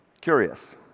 Curious